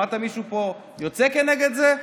שמעת מישהו פה יוצא כנגד זה?